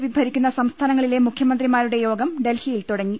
P ഭരിക്കുന്ന സംസ്ഥാനങ്ങളിലെ മുഖ്യമന്ത്രിമാ രുടെ യോഗം ഡൽഹിയിൽ തുടങ്ങി